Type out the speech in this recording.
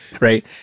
right